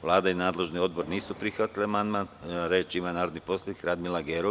Vlada i nadležni odbor nisu prihvatili amandman Reč ima narodni poslanik Radmila Gerov.